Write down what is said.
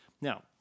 Now